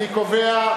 אני קובע,